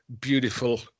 beautiful